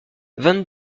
vingt